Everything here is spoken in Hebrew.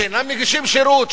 שאינם מגישים שירות,